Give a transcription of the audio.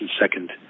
second